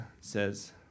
says